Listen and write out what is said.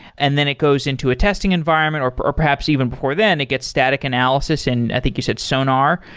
and then it goes into a testing environment, or or perhaps even before then, it gets static analysis and i think you said sonar.